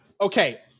Okay